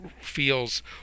feels